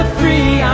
free